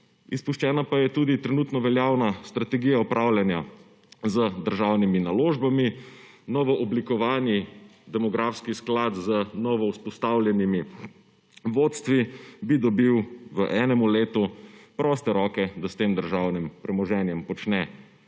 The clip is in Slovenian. izpuščena pa je tudi trenutno veljavna strategija upravljanja z državnimi naložbami, novo oblikovani demografki skladi z novo vzpostavljenimi vodstvi bi dobil v enem letu proste roke, da s tem državnim premoženjem počne